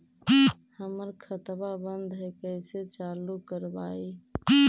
हमर खतवा बंद है कैसे चालु करवाई?